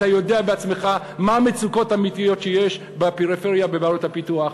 אתה יודע בעצמך מה המצוקות האמיתיות שיש בפריפריה ובעיירות הפיתוח.